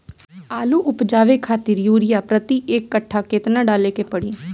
आलू उपजावे खातिर यूरिया प्रति एक कट्ठा केतना डाले के पड़ी?